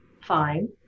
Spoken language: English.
fine